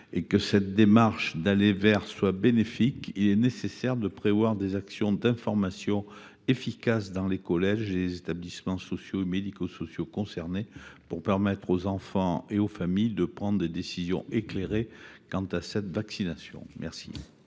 et que cette démarche d’« aller vers » soit bénéfique, il est nécessaire de prévoir des actions d’information efficaces dans les collèges et les établissements sociaux et médico sociaux concernés, pour permettre aux enfants et à leurs familles de prendre des décisions éclairées quant à cette vaccination. Tel